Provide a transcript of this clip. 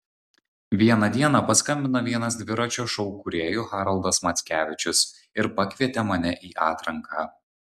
vieną dieną paskambino vienas dviračio šou kūrėjų haroldas mackevičius ir pakvietė mane į atranką